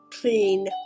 clean